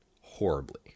horribly